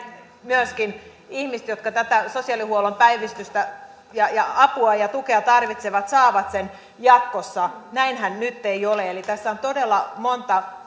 myöskin ihmiset jotka tätä sosiaalihuollon päivystystä ja ja apua ja tukea tarvitsevat saavat niitä jatkossa näinhän nyt ei ole eli tässä on todella monta